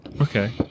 Okay